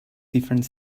different